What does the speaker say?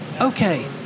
okay